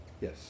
Yes